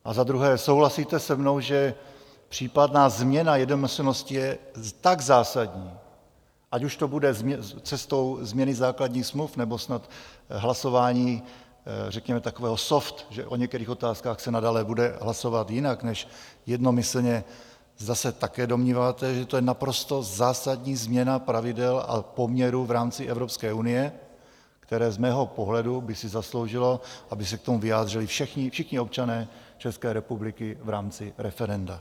A za druhé: souhlasíte se mnou, že případná změna jednomyslnosti je tak zásadní, ať už to bude cestou změny základních smluv, nebo snad hlasování, řekněme takového soft, že o některých otázkách se nadále bude hlasovat jinak než jednomyslně, zda se také domníváte, že to je naprosto zásadní změna pravidel a poměrů v rámci Evropské unie, které z mého pohledu by si zasloužilo, aby se k tomu vyjádřili všichni občané České republiky v rámci referenda?